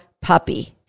puppy